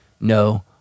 no